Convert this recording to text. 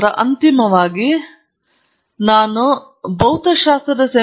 ನಂತರ ಅಂತಿಮವಾಗಿ ಅವರು ಭೌತಶಾಸ್ತ್ರ ಇಲಾಖೆಯ ಸೆಮಿನಾರ್ಗಳಿಗೆ ಹೋದರು ಏಕೆಂದರೆ ಅವರು ಉತ್ತಮ ತಿನ್ನುತ್ತಾರೆ